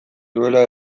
duela